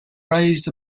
raised